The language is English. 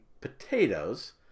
potatoes